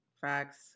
Facts